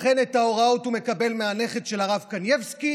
לכן את ההוראות הוא מקבל מהנכד של הרב קנייבסקי